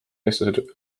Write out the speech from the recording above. eestlased